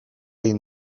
egin